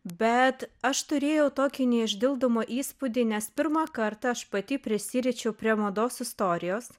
bet aš turėjau tokį neišdildomą įspūdį nes pirmą kartą aš pati prisiliečiau prie mados istorijos